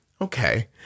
okay